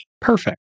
Perfect